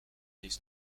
this